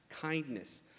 kindness